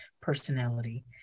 personality